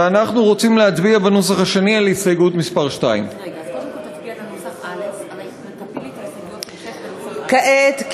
ואנחנו רוצים להצביע בנוסח השני על הסתייגות מס' 2. כעת,